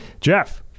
Jeff